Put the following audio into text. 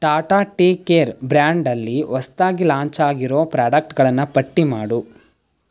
Tata tea care ಬ್ರ್ಯಾಂಡಲ್ಲಿ ಹೊಸ್ದಾಗಿ ಲಾಂಚಾಗಿರೋ ಪ್ರೊಡಕ್ಟ್ಗಳನ್ನು ಪಟ್ಟಿ ಮಾಡು